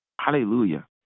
Hallelujah